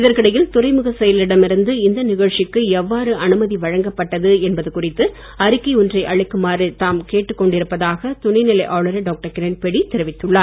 இதற்கிடையில் துறைமுக செயலரிடம் இருந்து இந்த நிகழ்ச்சிக்கு எவ்வாறு அனுமதி வழங்கப்பட்டது என்பது குறித்து அறிக்கை ஒன்றை அளிக்குமாறு தாம் கேட்டு கொண்டிருப்பதாக துணைநிலை ஆளுநர் டாக்டர் கிரண்பேடி தெரிவித்துள்ளார்